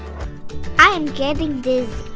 i am getting dizzy.